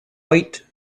white